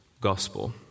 gospel